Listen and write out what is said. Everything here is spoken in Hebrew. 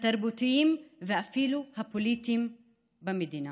התרבותיים ואפילו הפוליטיים במדינה.